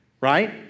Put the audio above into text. right